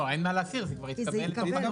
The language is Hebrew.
לא, אין מה להסיר, זה כבר התקבל בתוך